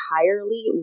entirely